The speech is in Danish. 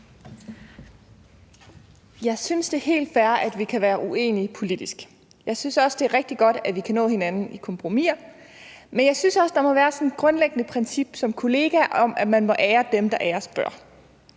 Jeg synes, det er helt fair, at vi kan være uenige politisk, og jeg synes også, det er rigtig godt, at vi kan nå hinanden i kompromiser. Men jeg synes også, der må være sådan et grundlæggende princip som kollega om, at man må ære dem, der æres bør,